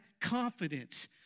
confidence